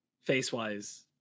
face-wise